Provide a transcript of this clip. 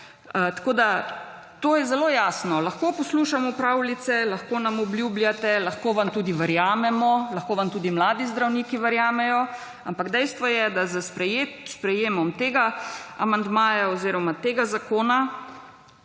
Tako da to je zelo jasno. Lahko poslušamo pravljice, lahko nam obljubljate, lahko vam tudi verjamemo, lahko vam tudi mladi zdravniki verjamejo, ampak dejstvo je, da s sprejemom tega amandmaja oziroma tega zakona